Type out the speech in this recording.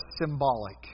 symbolic